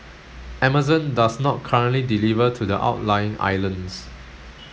Amazon does not currently deliver to the outlying islands